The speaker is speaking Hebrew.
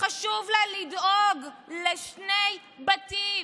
חשוב לה לדאוג לשני בתים